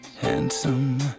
handsome